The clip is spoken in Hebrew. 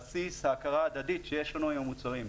על בסיס ההכרה ההדדית שיש לנו עם המוצרים.